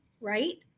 right